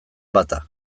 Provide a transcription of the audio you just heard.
bata